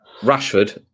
Rashford